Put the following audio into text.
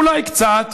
אולי קצת,